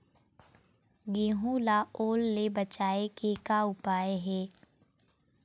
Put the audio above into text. गेहूं ला ओल ले बचाए के का उपाय हे?